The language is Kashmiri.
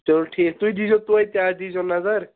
چلو ٹھیٖک تُہۍ دییٖزیٚو توتہِ اتھ دییٖزیٚو نظر